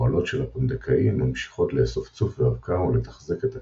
הפועלות של הפונדקאי ממשיכות לאסוף צוף ואבקה ולתחזק את הקן,